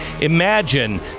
Imagine